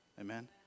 Amen